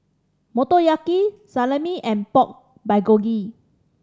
Motoyaki Salami and Pork Bulgogi